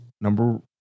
Number